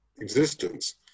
existence